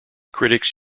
critics